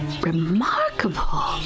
Remarkable